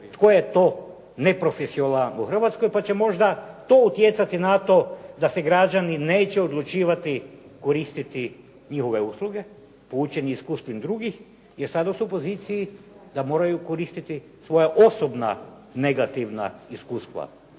tko je to neprofesionalan u Hrvatskoj pa će možda to utjecati na to da se građani neće odlučivati koristiti njihove usluge, poučeni iskustvima drugih, jer sada su u poziciji da moraju koristiti svoja osobna negativna iskustva